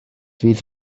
fydd